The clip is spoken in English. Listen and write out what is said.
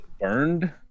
burned